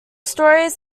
stories